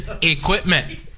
equipment